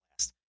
last